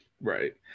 Right